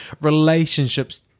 relationships